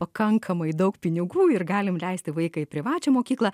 pakankamai daug pinigų ir galim leisti vaiką į privačią mokyklą